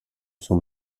son